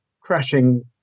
crashing